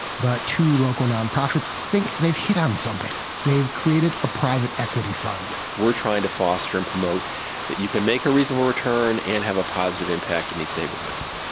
but two local nonprofits think they've hit on something they've created a private equity fund we're trying to foster and promote you can make a reasonable return and have a positive impact in these neighborhoods,